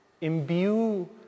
imbue